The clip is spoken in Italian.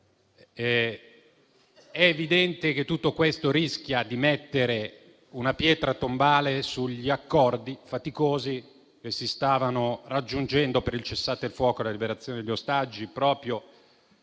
È evidente che tutto questo rischia di mettere una pietra tombale sugli accordi faticosi che si stavano raggiungendo per il cessate il fuoco e la liberazione degli ostaggi, proprio